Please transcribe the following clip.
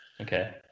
Okay